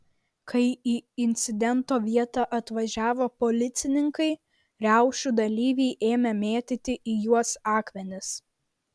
kai į incidento vietą atvažiavo policininkai riaušių dalyviai ėmė mėtyti į juos akmenis